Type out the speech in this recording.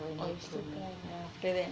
oh you still cry